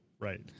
Right